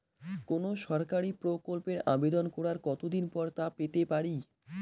কোনো সরকারি প্রকল্পের আবেদন করার কত দিন পর তা পেতে পারি?